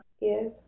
Yes